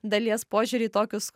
dalies požiūrį į tokius